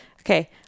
Okay